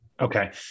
Okay